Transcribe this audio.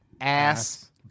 ass